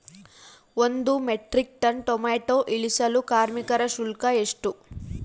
ಒಂದು metric ton tomato ಇಳಿಸಲು ಕಾರ್ಮಿಕರ ಶುಲ್ಕ ಎಷ್ಟು?